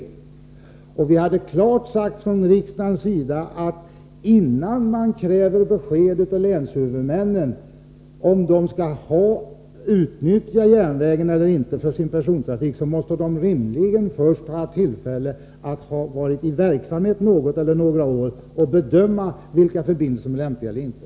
Riksdagen hade klart uttalat att innan man kräver besked av länshuvudmännen, om de skall utnyttja järnvägen eller inte för sin persontrafik, måste de rimligen först ha haft tillfälle att vara i verksamhet något eller några år och bedöma vilka förbindelser som är lämpliga eller inte.